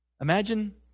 Imagine